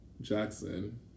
Jackson